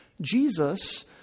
Jesus